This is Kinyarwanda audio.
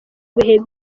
bihe